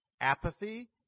apathy